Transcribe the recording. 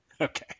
Okay